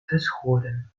geschoren